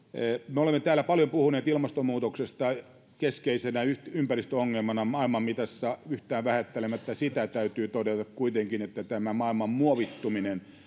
me olemme täällä paljon puhuneet ilmastonmuutoksesta keskeisenä ympäristöongelmana maailman mitassa yhtään sitä vähättelemättä täytyy todeta kuitenkin että tämä maailman muovittuminen